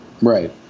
Right